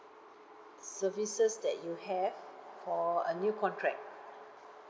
services that you have for a new contract